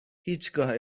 هیچگاه